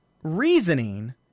reasoning